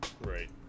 right